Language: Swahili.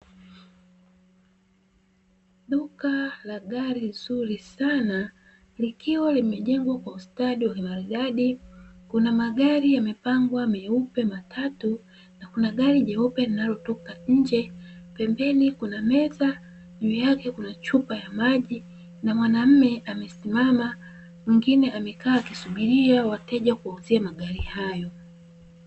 Duka la gari zuri sana, likiwa limejengwa kwa ustadi na umaridadi. Magari yamepangwa meupe matatu, na kuna gari jeupe linalotoka nje. Pembeni kuna meza, pembeni yake kuna chupa ya maji, na mwanaume amesimama na mwingine amekaa akisubiria wateja wa kuwauzia magari hayo.